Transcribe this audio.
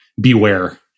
beware